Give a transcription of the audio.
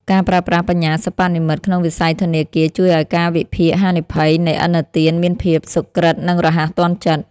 ការប្រើប្រាស់បញ្ញាសិប្បនិម្មិតក្នុងវិស័យធនាគារជួយឱ្យការវិភាគហានិភ័យនៃឥណទានមានភាពសុក្រឹតនិងរហ័សទាន់ចិត្ត។